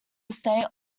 estate